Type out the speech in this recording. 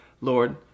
Lord